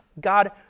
God